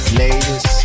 ladies